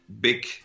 big